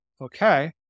okay